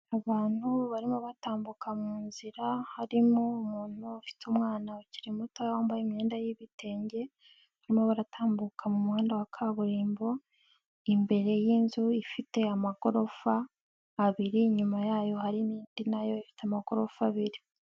Abantu barimo batambuka mu nzira, harimo umuntu ufite umwana ukiri muto wambaye imyenda y'ibitenge, barimo baratambuka mu muhanda wa kaburimbo, imbere y'inzu ifite amagorofa abiri, inyuma yayo harimo indi na yo ifite amagorofa abiri.